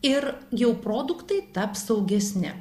ir jau produktai taps saugesni